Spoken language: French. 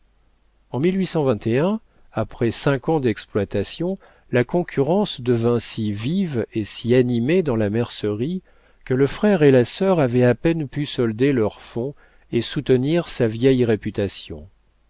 en après cinq ans d'exploitation la concurrence devint si vive et si animée dans la mercerie que le frère et la sœur avaient à peine pu solder leur fonds et soutenir sa vieille réputation